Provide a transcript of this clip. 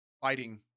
fighting